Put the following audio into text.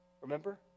Remember